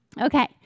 okay